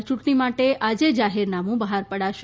યૂંટણી માટે આજે જાહેરનામુ બહાર પડશે